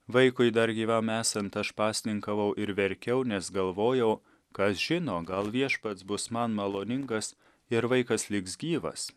vaikui dar gyvam esant aš pasninkavau ir verkiau nes galvojau kas žino gal viešpats bus man maloningas ir vaikas liks gyvas